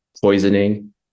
poisoning